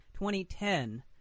2010